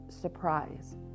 surprise